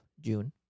June